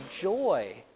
joy